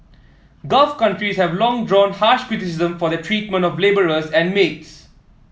gulf countries have long drawn harsh criticism for their treatment of labourers and maids